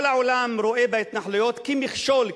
כל העולם רואה בהתנחלויות מכשול,